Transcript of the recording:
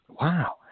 Wow